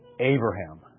Abraham